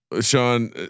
Sean